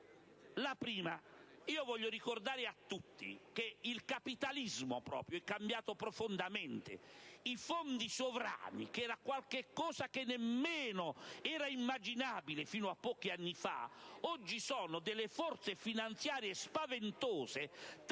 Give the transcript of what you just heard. Innanzitutto, voglio ricordare a tutti che il capitalismo è cambiato profondamente. I fondi sovrani, ossia qualcosa che nemmeno era immaginabile fino a pochi anni fa, oggi sono delle forze finanziarie spaventose,